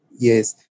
Yes